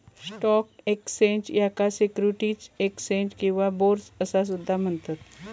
stock exchange, याका securities exchange किंवा bourse असा सुद्धा म्हणतत